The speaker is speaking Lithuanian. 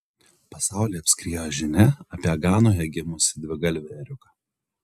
pasaulį apskriejo žinia apie ganoje gimusį dvigalvį ėriuką